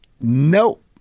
Nope